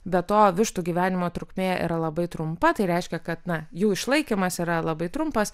be to vištų gyvenimo trukmė yra labai trumpa tai reiškia kad na jų išlaikymas yra labai trumpas